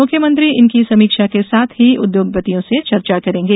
मुख्यमंत्री इनकी समीक्षा के साथ ही उद्योगपतियों से चर्चा करेंगे